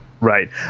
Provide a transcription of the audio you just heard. Right